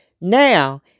Now